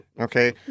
okay